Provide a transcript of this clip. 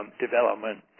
Development